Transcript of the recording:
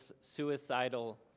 suicidal